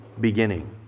beginning